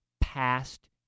past